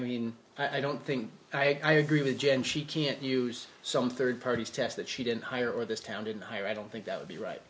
mean i don't think i agree with jen she can't use some third parties test that she didn't hire or this town didn't hire i don't think that would be right